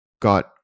got